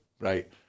Right